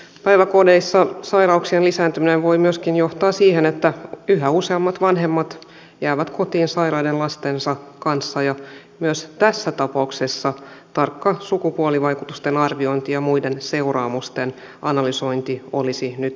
päiväkodeissa sairauksien lisääntyminen voi myöskin johtaa siihen että yhä useammat vanhemmat jäävät kotiin sairaiden lastensa kanssa ja myös tässä tapauksessa tarkka sukupuolivaikutusten arviointi ja muiden seuraamusten analysointi olisi nyt paikallaan